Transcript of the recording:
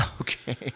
Okay